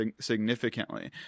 significantly